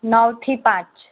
નવ થી પાંચ